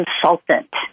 consultant